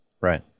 Right